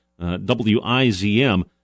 WIZM